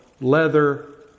leather